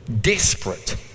Desperate